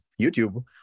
YouTube